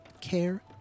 care